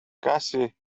gussie